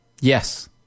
Yes